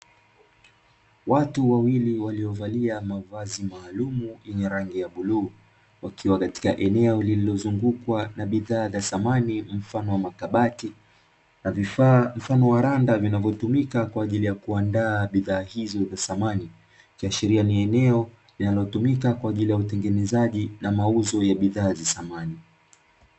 Watu wawili waliovalia mavazi maalum yenye rangi ya bluu, wakiwa katika eneo lililozungukwa na bidhaa za samani mfano; makabati na vifaa mfano wa randa vinavyotumika kuandaa bidhaa hizo za samani. Ikiashiria ni eneo linalotumika kwaajili ya utengenezaji na mauzo ya bidhaa hizo za samani.